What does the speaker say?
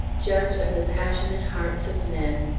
judge of the passionate hearts of men,